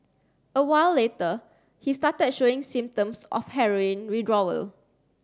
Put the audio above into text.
a while later he started showing symptoms of heroin withdrawal